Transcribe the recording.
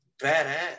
badass